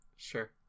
Sure